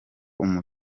umuntu